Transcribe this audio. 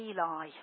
Eli